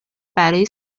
برای